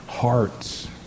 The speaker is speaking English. hearts